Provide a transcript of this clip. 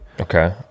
Okay